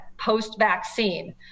post-vaccine